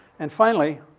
and finally,